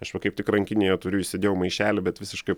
aš va kaip tik rankinėje turiu įsidėjau maišelį bet visiškai